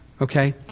Okay